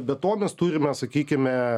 be to mes turime sakykime